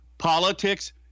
Politics